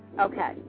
Okay